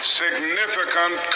significant